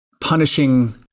punishing